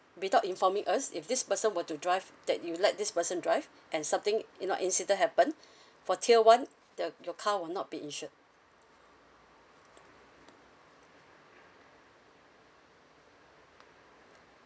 without informing us if this person were to drive that you let this person drive and something you know incident happen for tier one the your car will not be insured